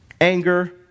anger